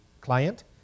client